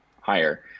higher